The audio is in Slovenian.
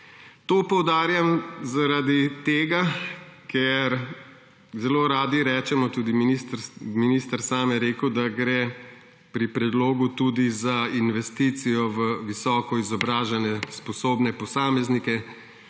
To poudarjam zaradi tega, ker zelo radi rečemo, tudi minister sam je rekel, da gre pri predlogu tudi »za investicijo v visoko izobražene, sposobne posameznike,